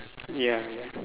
ya ya